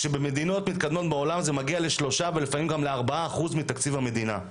במדינות מתקדמות בעולם זה מגיע ל-3% ולפעמים גם ל-4% מתקציב המדינה.